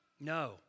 no